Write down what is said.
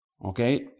Okay